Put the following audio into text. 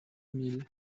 mille